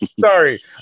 Sorry